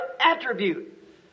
attribute